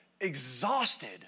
exhausted